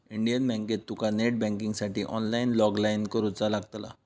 Indian बँकेत तुका net बँकिंगसाठी ऑनलाईन लॉगइन करुचा लागतला